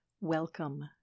Welcome